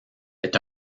est